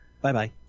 Bye-bye